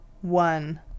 one